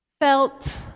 felt